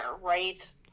right